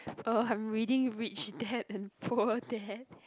oh I'm reading Rich Dad and Poor Dad